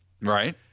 Right